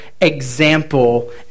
example